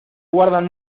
guardan